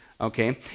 okay